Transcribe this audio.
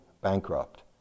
bankrupt